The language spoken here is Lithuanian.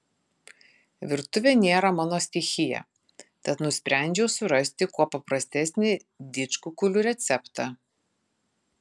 virtuvė nėra mano stichija tad nusprendžiau surasti kuo paprastesnį didžkukulių receptą